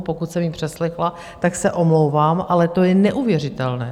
Pokud jsem ji přeslechla, tak se omlouvám, ale to je neuvěřitelné.